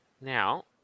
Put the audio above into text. Now